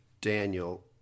Daniel